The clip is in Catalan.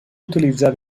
utilitzar